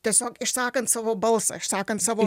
tiesiog išsakant savo balsą išsakant savo